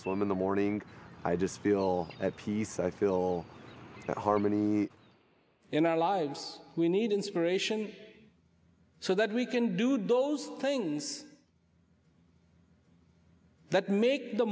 swim in the morning i just feel at peace i feel that harmony in our lives we need inspiration so that we can do those things that make the